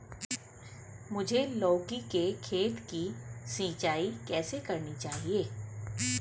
मुझे लौकी के खेत की सिंचाई कैसे करनी चाहिए?